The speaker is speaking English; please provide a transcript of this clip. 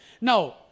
Now